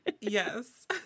Yes